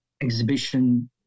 exhibition